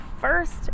first